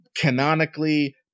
canonically